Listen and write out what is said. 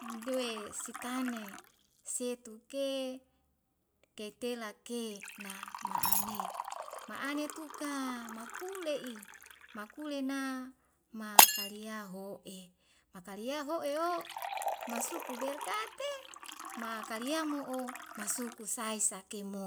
duwe sitane setu ke, kaitelake na ma`ane, ma ane tuka makule'e makulena ma kaliyaho makalia hoe'o masuku berkate ma kaliy mo'o masuku sai sakemo.